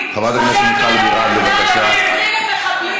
אתם מחרחרי מלחמה.